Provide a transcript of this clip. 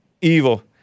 evil